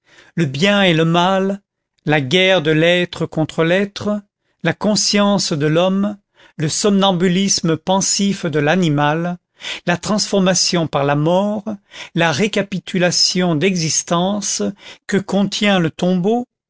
le bien et le mal la guerre de l'être contre l'être la conscience de l'homme le somnambulisme pensif de l'animal la transformation par la mort la récapitulation d'existences que contient le tombeau